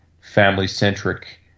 family-centric